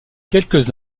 quelques